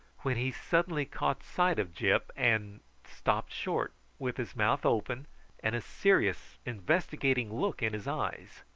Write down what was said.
when he suddenly caught sight of gyp, and stopped short with his mouth open and a serious investigating look in his eyes.